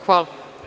Hvala.